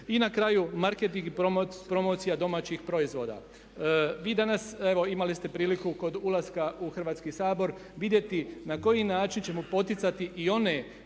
I na kraju marketing i promocija domaćih proizvoda. Vi danas evo imali ste priliku kod ulaska u Hrvatski sabor vidjeti na koji način ćemo poticati i one